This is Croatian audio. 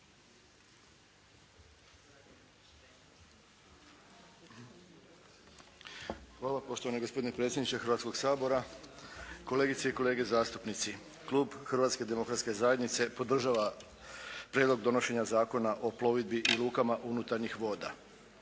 Hvala poštovani gospodine predsjedniče Hrvatskoga sabora. Kolegice i kolege zastupnici. Klub Hrvatske demokratske zajednice podržava Prijedlog donošenja Zakona o plovidbi i lukama unutarnjih voda.